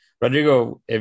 Rodrigo